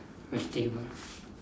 vegetable